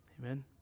Amen